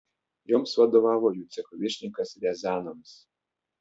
joms vadovavo jų cecho viršininkas riazanovas